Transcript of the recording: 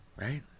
right